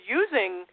using